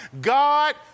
God